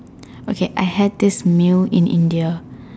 okay I had this meal in India